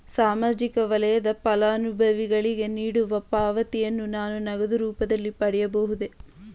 ಸಾಮಾಜಿಕ ವಲಯದ ಫಲಾನುಭವಿಗಳಿಗೆ ನೀಡುವ ಪಾವತಿಯನ್ನು ನಾನು ನಗದು ರೂಪದಲ್ಲಿ ಪಡೆಯಬಹುದೇ?